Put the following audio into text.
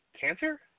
cancer